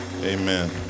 Amen